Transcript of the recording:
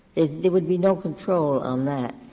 it there would be no control on that,